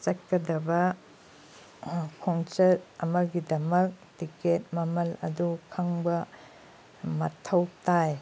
ꯆꯠꯀꯗꯕ ꯈꯣꯡꯆꯠ ꯑꯃꯒꯤꯗꯃꯛ ꯇꯤꯀꯦꯠ ꯃꯃꯜ ꯑꯗꯨ ꯈꯪꯕ ꯃꯊꯧ ꯇꯥꯏ